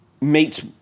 meets